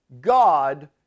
God